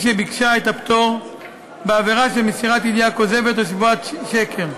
שביקשה את הפטור בעבירה של מסירת ידיעה כוזבת או שבועת שקר.